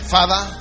Father